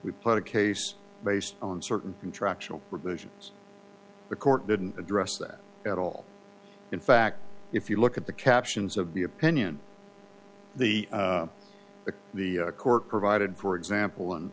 we put a case based on certain contractual provisions the court didn't address that at all in fact if you look at the captions of the opinion the the the court provided for example and